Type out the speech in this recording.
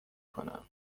کنم